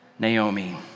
Naomi